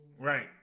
Right